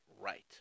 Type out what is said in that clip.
right